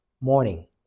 morning